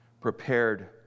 prepared